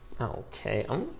Okay